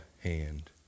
hand